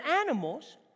animals